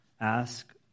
Ask